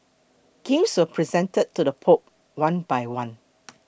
gifts were presented to the Pope one by one